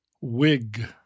Wig